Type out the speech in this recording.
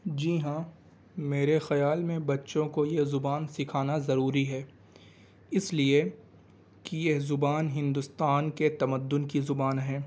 جی ہاں میرے خیال میں بچوں کو یہ زبان سکھانا ضروری ہے اس لیے کہ یہ زبان ہندوستان کے تمدن کی زبان ہے